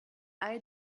all